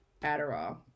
Adderall